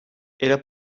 era